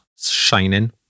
shining